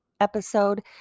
episode